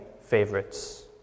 favorites